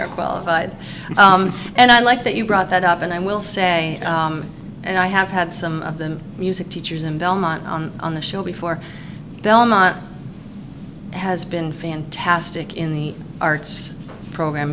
are qualified and i like that you brought that up and i will say and i have had some of them music teachers in belmont on on the show before belmont has been fantastic in the arts program